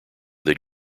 that